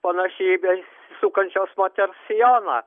panaši į besisukančios moters sijoną